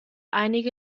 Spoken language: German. einige